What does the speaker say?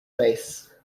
face